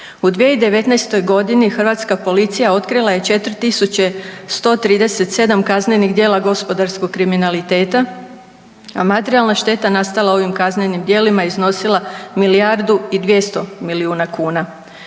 U 2019. godini hrvatska policija otkrila je 4137 kaznenog djela gospodarskog kriminaliteta, a materijalna šteta nastala ovim kaznenim djelima iznosila milijardu i 200 miliona kuna.